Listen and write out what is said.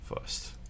first